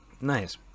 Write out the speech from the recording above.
Nice